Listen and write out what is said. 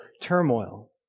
turmoil